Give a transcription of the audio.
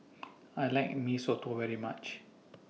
I like Mee Soto very much